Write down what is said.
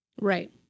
Right